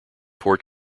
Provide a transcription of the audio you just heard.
port